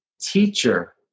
teacher